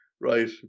Right